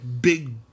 big